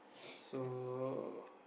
so